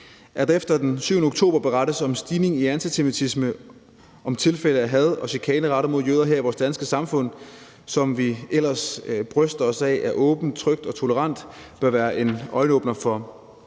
der efter den 7. oktober berettes om en øget antisemitisme og om tilfælde af had og chikane rettet mod jøder her i vores danske samfund, som vi ellers bryster os af er åbent, trygt og tolerant, bør være en øjenåbner for de